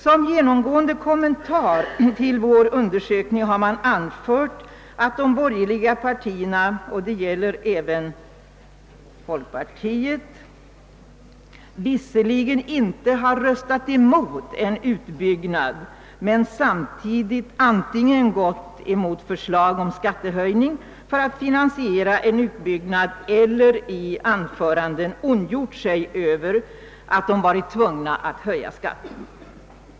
Som genomgående kommentar till vår undersökning har man anfört, att de borgerliga partierna — och det gäller även folkpartiet — visserligen inte har röstat emot en utbyggnad men samtidigt antingen gått emot förslag om skattehöjning för att finansiera en utbygg nad eller i anföranden ondgjort sig över att man var tvungen att höja skatten.